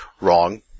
Wrong